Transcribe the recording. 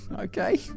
Okay